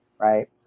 right